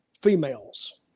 females